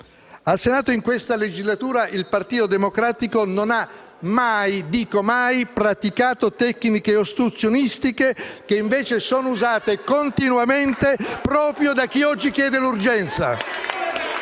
Al Senato, in questa legislatura, il Partito Democratico non ha mai - e dico mai - praticato tecniche ostruzionistiche che, invece, sono usate continuamente proprio da chi oggi chiede l'urgenza.